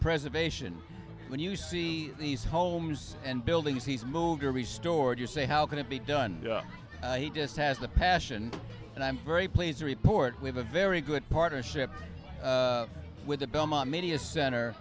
preservation when you see these homes and buildings he's moved or be stored you say how can it be done he just has the passion and i'm very pleased to report we have a very good partnership with the belmont media center